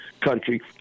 country